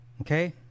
okay